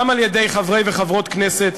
גם על-ידי חברי וחברות הכנסת